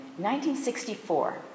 1964